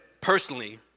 personally